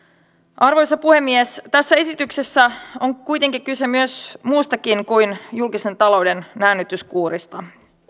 arvoisa puhemies tässä esityksessä on kuitenkin kyse myös muustakin kuin julkisen talouden näännytyskuurista